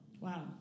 Wow